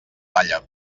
balla